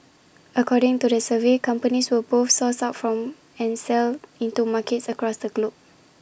according to the survey companies will both source from and sell into markets across the globe